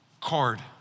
card